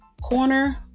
corner